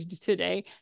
today